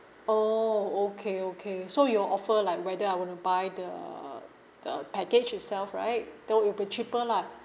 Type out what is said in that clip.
oh okay okay so you will offer like whether I want to buy the the package itself right that will be cheaper lah